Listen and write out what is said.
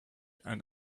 and